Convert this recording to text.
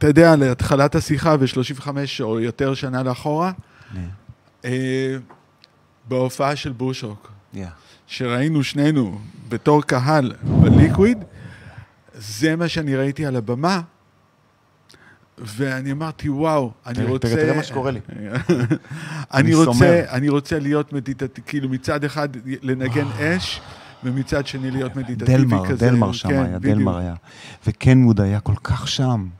אתה יודע, להתחלת השיחה ב-35 או יותר שנה לאחורה, Yeah. אה, בהופעה של בושרוק, Yeah. שראינו שנינו בתור קהל ב-Liquid, Yeah. זה מה שאני ראיתי על הבמה, ואני אמרתי, "וואו, אני תראה, תראה, תראה מה שקורה לי. רוצה- אני אני רוצה- סומר. אני רוצה להיות מדיטטיב- כאילו, מצד אחד, לנגן Oh. אש, ומצד שני, להיות דלמר, מדיטטיבי כזה." דלמר שם כן, היה, בדיוק. דלמר היה. וקנווד היה כל כך שם.